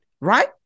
right